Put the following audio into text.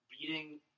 beating